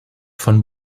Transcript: von